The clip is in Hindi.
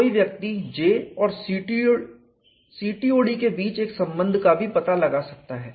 कोई व्यक्ति J और CTOD के बीच एक संबंध का भी पता लगा सकता है